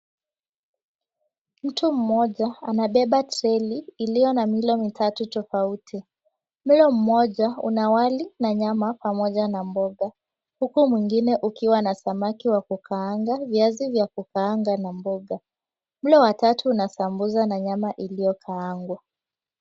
Mtu mmoja anabeba treli iliyo na milo mitatu tofauti. Mlo mmoja una wali na nyama pamoja na mboga, huku mwingine ukiwa na samaki wa kukaangwa, viazi vya kukaangwa na mboga. Mlo wa tatu una sambusa na nyama uliokaangwa.